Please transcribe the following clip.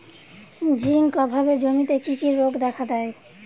Zinc অভাবে জমিতে কি কি রোগ দেখাদেয়?